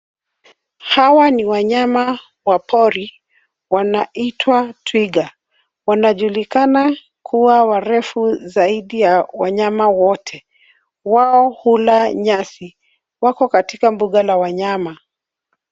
Hawa ni wanyama wa pori wanaitwa twiga. Wanajulikana kuwa warefu zaidi ya wanyama wote . Wao hula nyasi. Wako katika mbuga la wanyama.